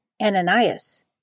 Ananias